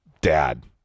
dad